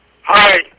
Hi